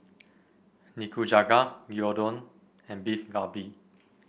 Nikujaga Gyudon and Beef Galbi